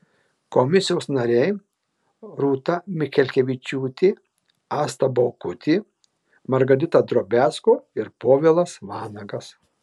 komisijos nariai rūta mikelkevičiūtė asta baukutė margarita drobiazko ir povilas vanagas